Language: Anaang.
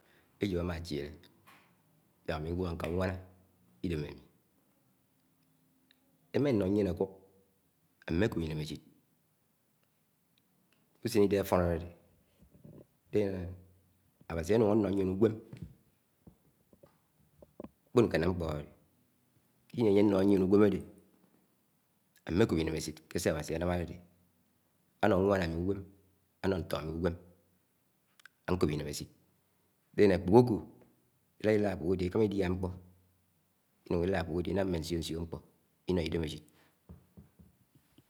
éjo̱ ám̱á áchele, ýáḵ ami ngwo ṉka̱ ueáná- idem̱ ami, ema ēma ēno̱ yien akuk, ámí- mḿeko̱p inemechit, usen ideh áfo̱n áde̱de n̄dién awasi anun ano yien ugwem nkṕo̱n nkáńa nkpo̱ ádede ké íni, anye ano̱ho̱ yien ugweme ade ami mme kop ińeméchit ke ṣe Awńsi̱ ānám, áde̱de. Ano̱ nwan ami, ugwéme̱ ano n̄to āmi, ugweme ako̱p inemechit, n̄dien akpoh oko, iia llad ākpo̱ho̱ áde iḱaḿa idíá nkpo̱ in̄uṉ iiad akpo̱ho̱ áde inam nsio̱-nsio̱ nḱṕo̱ ino̱ ide̱m̱ āji̱d.